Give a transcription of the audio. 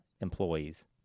employees